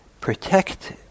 Protect